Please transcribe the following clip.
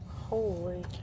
Holy